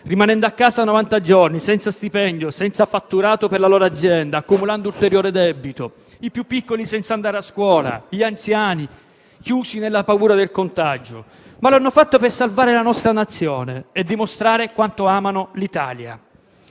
rimanendo a casa novanta giorni, senza stipendio e senza fatturato per la loro azienda, accumulando ulteriore debito; i più piccoli senza andare a scuola, gli anziani chiusi nella paura del contagio: ma l'hanno fatto per salvare la nostra Nazione e dimostrare quanto amano l'Italia.